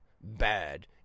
bad